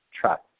trust